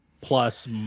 plus